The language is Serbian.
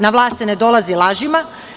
Na vlast se ne dolazi lažima.